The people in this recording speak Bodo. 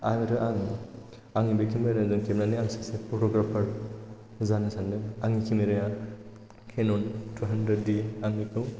आरो आं आंनि बे केमेरा जों खेबनानै आं सासे फट'ग्राफार जानो सानदों आंनि केमेरा आ केन'न टु हानड्रेड डि आं बेखौ